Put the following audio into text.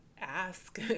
ask